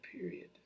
period